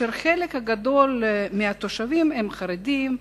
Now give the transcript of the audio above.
שחלק גדול מהתושבים בה הם חרדים,